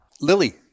lily